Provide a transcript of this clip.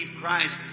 Christ